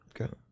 Okay